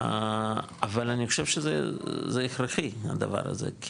אבל אני חושב שזה הכרחי הדבר הזה,